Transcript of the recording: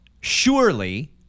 Surely